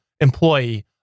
employee